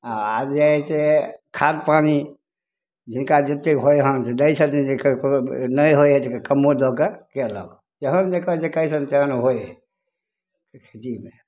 आओर जे हइ से खाद पानी जिनका जतेक होइ हन से दै छथिन जकर नहि होइ हइ जकर कमो दऽ कऽ कएलहुँ जेहन जकर जे हइ तेहन होइ हइ खेतीमे